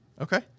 Okay